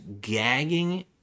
gagging